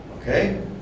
Okay